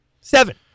Seven